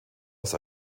aus